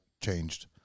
changed